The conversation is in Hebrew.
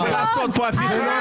--- לעשות פה הפיכה.